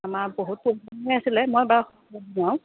আমাৰ আছিলে মই বাৰু